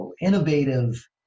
innovative